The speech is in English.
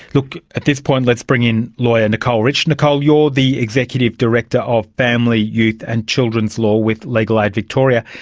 look, at this point let's bring in lawyer nicole rich. nicole, you're the executive director of family, youth and children's law with legal aid victoria.